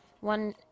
one